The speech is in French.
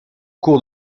cours